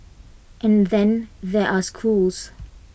and then there are schools